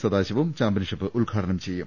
Sadasivam championship ഉദ്ഘാടനം ചെയ്യും